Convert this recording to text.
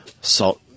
Salt